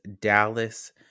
dallas